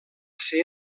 ser